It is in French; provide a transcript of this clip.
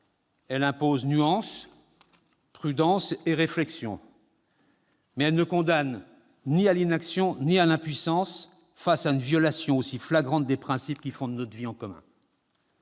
Elle impose nuance, prudence et réflexion, mais elle ne condamne ni à l'inaction ni à l'impuissance face à une violation aussi flagrante des principes qui fondent notre vie en commun.